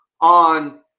on